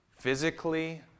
physically